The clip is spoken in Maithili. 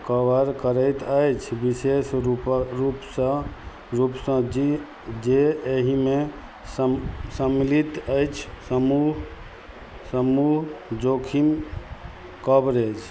कवर करैत अछि विशेष रूप रूपसऽ रूपसऽ जी जे एहिमे सम सम्मिलित अछि समूह समूह जोखिम कवरेज